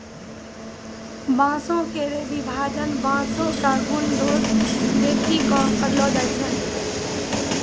बांसों केरो विभाजन बांसों क गुन दोस देखि कॅ करलो जाय छै